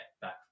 back